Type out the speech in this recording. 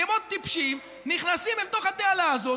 כמו טיפשים נכנסים אל תוך התעלה הזאת,